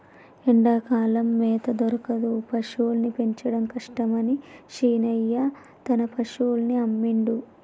ఎండాకాలం మేత దొరకదు పశువుల్ని పెంచడం కష్టమని శీనయ్య తన పశువుల్ని అమ్మిండు